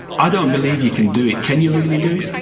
i don't believe you can do it. can you really do it?